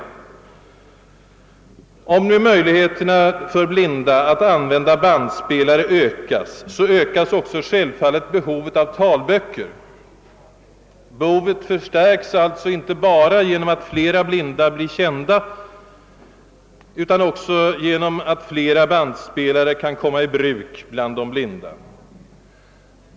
Om nu möjligheterna för blinda att använda bandspelare ökar, så ökas självfallet samtidigt behovet av talböcker. Behovet förstärks alltså inte bara genom att flera blinda blir kända utan också genom att flera bandspelare kan komma i bruk bland de blinda.